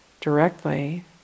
directly